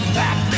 back